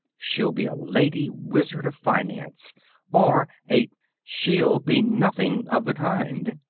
she'll be a lady wizard of finance or a she'll be nothing of the kind,